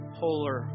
polar